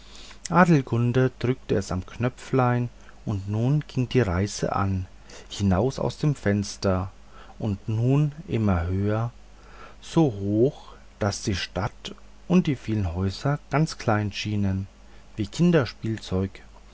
adelgunde drückte es am knöpfelein und nun ging die reise an hinaus aus dem fenster und nun immer höher so hoch daß die stadt und die vielen häuser ganz klein erschienen wie kinderspielzeug